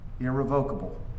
irrevocable